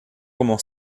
como